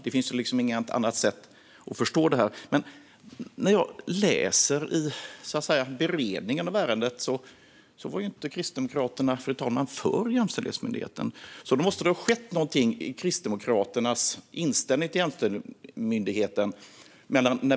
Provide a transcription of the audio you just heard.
Det finns inget annat sätt att förstå detta på. När jag läser beredningen av ärendet var Kristdemokraterna inte för Jämställdhetsmyndigheten. Då måste det ha skett något i Kristdemokraternas inställning till Jämställdhetsmyndigheten.